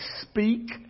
speak